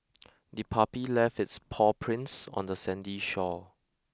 the puppy left its paw prints on the sandy shore